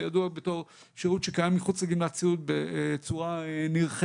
זה ידוע בתור שירות שקיים מחוץ לגמלת סיעוד בצורה נרחבת.